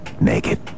naked